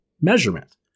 measurement